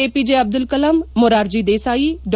APJ Abdul Kalam Morarji Desai ಡಾ